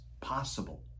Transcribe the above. possible